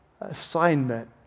assignment